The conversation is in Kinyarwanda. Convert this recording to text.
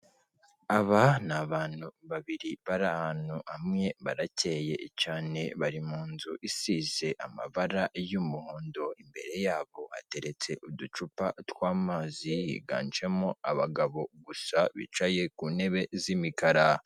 Aba ni abantu babiri bari ahantu hamwe barakeye cyane, bari mu nzu isize amabara y'umuhondo, imbere yabo hateretse uducupa tw'amazi, higanjemo abagabo gusa bicaye ku ntebe z'imikara.